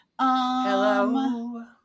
Hello